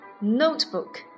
notebook